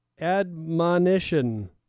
admonition